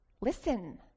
listen